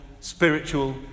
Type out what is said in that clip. spiritual